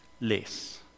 less